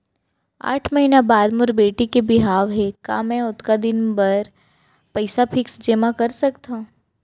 आठ महीना बाद मोर बेटी के बिहाव हे का मैं ओतका दिन भर पइसा फिक्स जेमा कर सकथव?